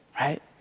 right